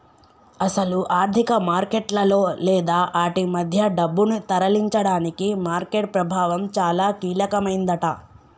అసలు ఆర్థిక మార్కెట్లలో లేదా ఆటి మధ్య డబ్బును తరలించడానికి మార్కెట్ ప్రభావం చాలా కీలకమైందట